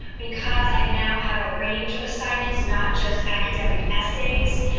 because i now have a range of assignments, not just academic essays,